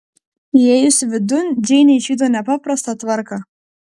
įėjusi vidun džeinė išvydo nepaprastą tvarką